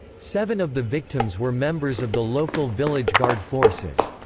seven of the victims were members of the local village guard forces.